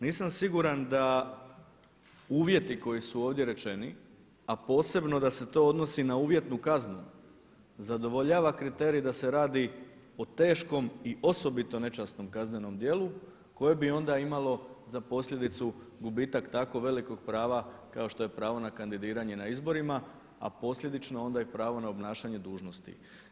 Nisam siguran da uvjeti koji su ovdje rečeni a posebno da se to odnosi na uvjetnu kaznu zadovoljava kriterij da se radi o teškom i osobito nečasnom kaznenom djelu koje bi onda imalo za posljedicu gubitak tako velikog prava kao što je pravo na kandidiranje na izborima a posljedično onda i pravo na obnašanje dužnosti.